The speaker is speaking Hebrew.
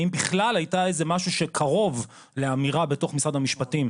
האם בכלל הייתה איזה משהו שקרוב לאמירה בתוך משרד המשפטים,